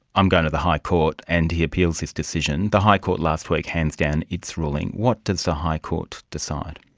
i'm going to the high court and he appeals this decision. the high court last week hands down its ruling. what does the high court decide?